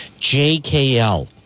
jkl